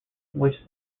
which